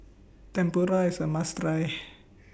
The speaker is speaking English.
Tempura IS A must Try